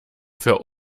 für